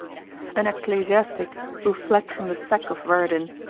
an ecclesiastic, who fled from the sack of waradin,